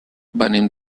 venim